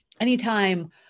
anytime